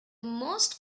most